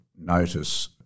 notice